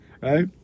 right